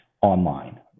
online